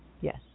yes